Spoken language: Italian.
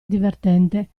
divertente